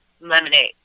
lemonade